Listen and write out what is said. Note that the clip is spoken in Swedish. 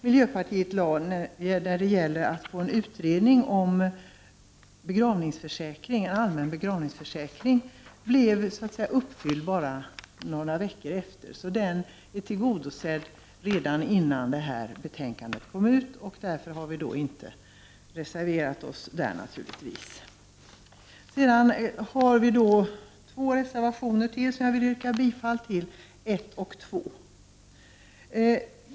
Miljöpartiet väckte tidigare en motion om att utreda en allmän begravningsförsäkring, och motionen blev infriad bara ett par veckor senare. Motionen var alltså tillgodosedd redan innan detta betänkande kom, och därför har vi inte reserverat oss till förmån för motionen. Jag vill yrka bifall till reservationerna 1 och 2.